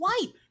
wipe